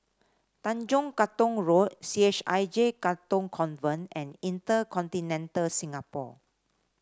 Tanjong Katong Road C H I J Katong Convent and Inter Continental Singapore